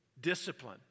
discipline